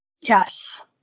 Yes